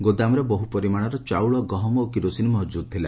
ଗୋଦାମରେ ବହୁପରିମାଣର ଚାଉଳ ଗହମ ଓ କିରୋସିନ ମହକୁଦ ଥିଲା